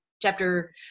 chapter